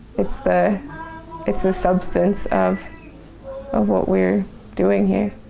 it's the it's the substance of of what we're doing here.